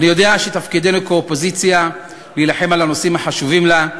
אני יודע שתפקידנו כאופוזיציה להילחם על הנושאים החשובים לה,